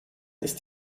ist